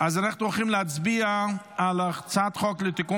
אז אנחנו הולכים להצביע על הצעת חוק לתיקון